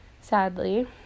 sadly